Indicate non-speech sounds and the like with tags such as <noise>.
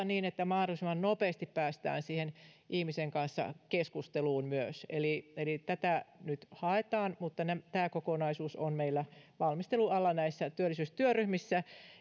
<unintelligible> niin että mahdollisimman nopeasti päästään ihmisen kanssa keskusteluun eli eli tätä nyt haetaan mutta tämä kokonaisuus on meillä valmistelun alla näissä työllisyystyöryhmissä